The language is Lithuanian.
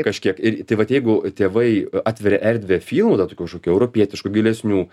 kažkiek ir tai vat jeigu tėvai atveria erdvę filmų ten tokių kažkokių europietiškų gilesnių